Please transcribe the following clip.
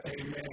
Amen